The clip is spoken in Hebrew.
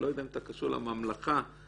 לא יודע אם אתה קשור לממלכה במובנה,